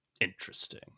Interesting